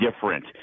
different